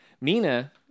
Mina